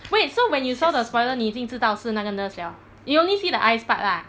wait so when you saw the spoiler 你已经知道是那个 nurse liao ah you only see the eyes part lah